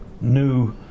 new